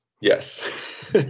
Yes